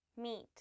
meat